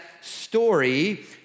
story